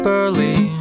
early